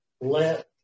Let